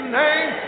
name